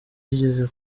yigeze